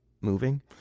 moving